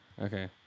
Okay